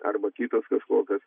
arba kitos kažkokios